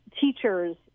teachers